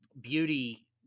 beauty